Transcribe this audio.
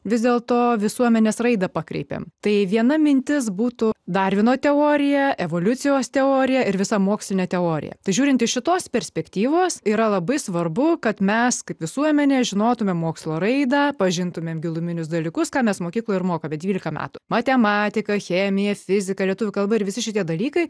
vis dėlto visuomenės raida pakreipiame tai viena mintis būtų darvino teorija evoliucijos teoriją ir visą mokslinę teoriją tai žiūrint iš šitos perspektyvos yra labai svarbu kad mes kaip visuomenė žinotumėme mokslo raidą pažintumėm giluminius dalykus ką mes mokykloje ir mokame dvylika metų matematika chemija fizika lietuvių kalba ir visi šitie dalykai